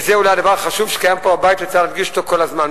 וזה אולי הדבר החשוב שקיים פה בבית וצריך להדגיש אותו כל הזמן,